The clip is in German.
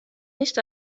nicht